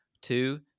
Two